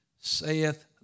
saith